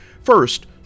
first